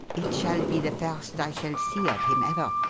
it shall be the first i shall see of him ever.